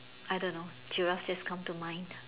I don't know giraffe just come to mind